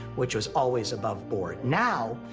which was always above board. now,